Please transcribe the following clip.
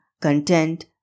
content